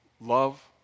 love